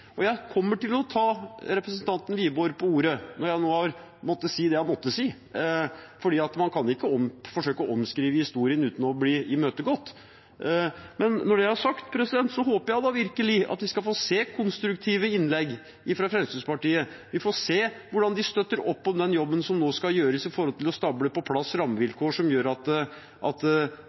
og jeg kommer til å ta representanten Wiborg på ordet. Jeg måtte si det jeg måtte si, for man kan ikke forsøke å omskrive historien uten å bli imøtegått. Når det er sagt, håper jeg virkelig vi får se konstruktive innlegg fra Fremskrittspartiet. Vi får se hvordan de støtter opp om den jobben som nå skal gjøres, med tanke på å stable på plass rammevilkår som gjør at man kan få på plass ny aktivitet på Rygge – noe Østfold-samfunnet ønsker, noe Østfold Arbeiderparti har vært tydelig på at